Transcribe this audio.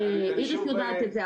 איריס יודעת את זה,